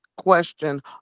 question